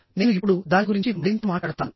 నేను ఇప్పుడు దాని గురించి మరింత మాట్లాడతాను